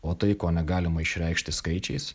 o tai ko negalima išreikšti skaičiais